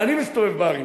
אני מראה לך?